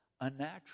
unnatural